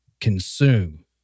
consume